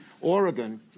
Oregon